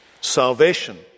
Salvation